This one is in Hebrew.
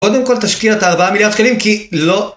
קודם כל תשקיע את הארבעה מיליארד שקלים. כי לא